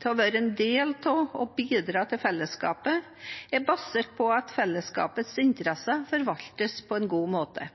til å være en del av og bidra til felleskapet er basert på at fellesskapets interesser forvaltes på en god måte.